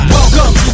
welcome